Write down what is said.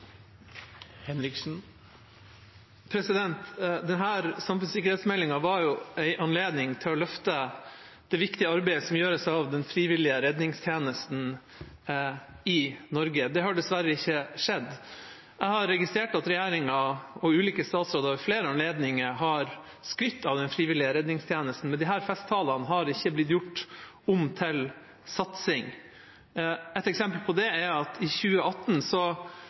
samfunnssikkerhetsmeldinga var en anledning til å løfte det viktige arbeidet som gjøres av den frivillige redningstjenesten i Norge. Det har dessverre ikke skjedd. Jeg har registrert at regjeringa og ulike statsråder ved flere anledninger har skrytt av den frivillige redningstjenesten, men disse festtalene har ikke blitt gjort om til satsing. Et eksempel på det er at i 2018